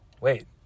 wait